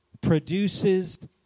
produces